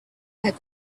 that